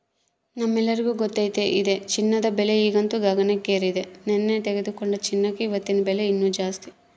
ನಮ್ಮೆಲ್ಲರಿಗೂ ಗೊತ್ತತೆ ಇದೆ ಚಿನ್ನದ ಬೆಲೆ ಈಗಂತೂ ಗಗನಕ್ಕೇರೆತೆ, ನೆನ್ನೆ ತೆಗೆದುಕೊಂಡ ಚಿನ್ನಕ ಇವತ್ತಿನ ಬೆಲೆ ಇನ್ನು ಜಾಸ್ತಿ